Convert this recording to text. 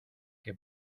que